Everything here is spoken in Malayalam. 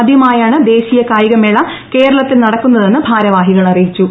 ആദ്യമായാണ് ദേശീയ കായികമേള കേരളത്തിൽ നടക്കുന്നതെന്ന് ഭാരവാഹികൾ അറിയിച്ചു